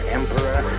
emperor